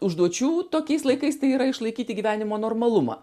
užduočių tokiais laikais tai yra išlaikyti gyvenimo normalumą